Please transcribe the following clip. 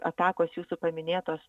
atakos jūsų paminėtos